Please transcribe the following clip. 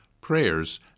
prayers